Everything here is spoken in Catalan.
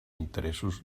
interessos